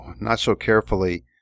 not-so-carefully